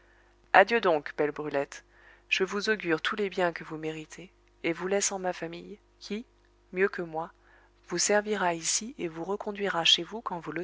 adieu donc belle brulette je vous augure tous les biens que vous méritez et vous laisse en ma famille qui mieux que moi vous servira ici et vous reconduira chez vous quand vous